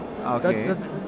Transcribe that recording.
Okay